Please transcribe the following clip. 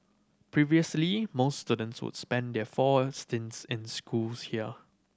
previously most students would spend their four stints in schools here